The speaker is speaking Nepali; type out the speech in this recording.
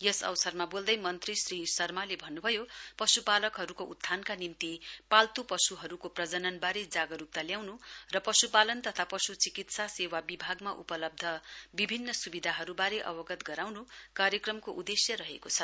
यस अवसरमा बोल्दै मन्त्री श्री शर्माले भन्नभयो पश्पालकहरूको उत्थानका निम्ति पाल्नु पशुहरूको प्रजननबारे जागरूकता ल्याउनु र पशुपालन तथा पशु चिकित्सा सेवा विभागमा उपलब्ध विभिन्न सुविधाहरूबारे अवगत गराउनु कार्यक्रमको उदेश्य रहेको छ